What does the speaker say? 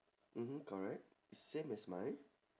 mmhmm correct same as mine